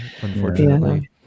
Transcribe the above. unfortunately